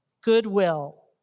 goodwill